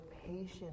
patience